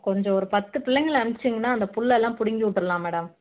கொஞ்சம் ஒரு பத்து பிள்ளைங்கள அணும்ச்சிங்னா அந்த புல் எல்லாம் பிடுங்கி விட்ருலாம் மேடம்